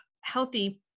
healthy